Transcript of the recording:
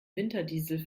winterdiesel